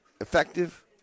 effective